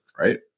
right